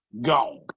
Gone